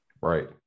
Right